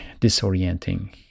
disorienting